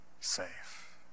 safe